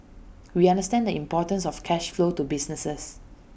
we understand the importance of cash flow to businesses